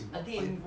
I think in